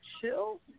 chill